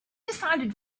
decided